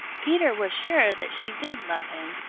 peter was sure that she did love him,